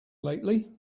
lately